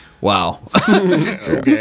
Wow